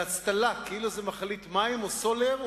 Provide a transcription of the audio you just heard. באצטלה של מכלית מים או סולר,